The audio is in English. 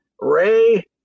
Ray